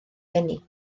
geni